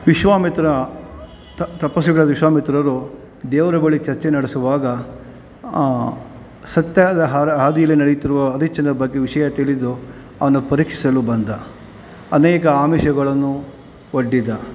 ವಿಶ್ವಾಮಿತ್ರ ತಪಸ್ವಿಗಳಾದ ವಿಶ್ವಾಮಿತ್ರರು ದೇವರ ಬಳಿ ಚರ್ಚೆ ನಡೆಸುವಾಗ ಸತ್ಯದ ಹಾರ ಹಾದೀಲಿ ನಡೆಯುತ್ತಿರುವ ಹರಿಚ್ಚಂದ್ರನ ಬಗ್ಗೆ ವಿಷಯ ತಿಳಿದು ಅವನ ಪರೀಕ್ಷಿಸಲು ಬಂದ ಅನೇಕ ಆಮಿಷಗಳನ್ನು ಒಡ್ಡಿದ